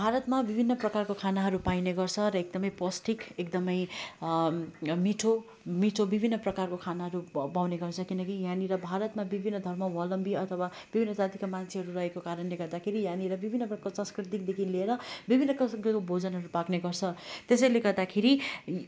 भारतमा विभिन्न प्रकारको खानाहरू पाइने गर्छ र एकदमै पौष्टिक एकदमै मिठो मिठो विभिन्न प्रकारको खानाहरू प पाउने गर्छ किनकि यहाँनिर भारतमा विभिन्न धर्मावलम्बी अथवा विभिन्न जातिका मान्छेहरू रहेको कारणले गर्दाखेरि यहाँनिर विभिन्न प्रकारको सांस्कृतिकदेखि लिएर विभिन्न किसिमको भोजनहरू पाक्ने गर्छ त्यसैले गर्दाखेरि